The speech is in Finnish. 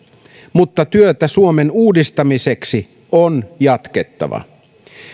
mutta työtä suomen uudistamiseksi on jatkettava